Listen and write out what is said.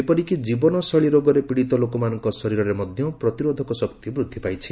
ଏପରିକି ଜୀବନଶୈଳୀ ରୋଗରେ ପୀଡ଼ିତ ଲୋକମାନଙ୍କ ଶରୀରରେ ମଧ୍ୟ ପ୍ରତିରୋଧକ ଶକ୍ତି ବୃଦ୍ଧି ପାଇଛି